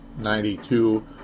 92